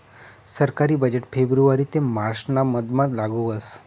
सरकारी बजेट फेब्रुवारी ते मार्च ना मधमा लागू व्हस